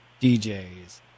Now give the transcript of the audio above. DJs